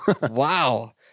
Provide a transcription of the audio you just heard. Wow